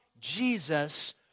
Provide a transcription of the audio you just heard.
Jesus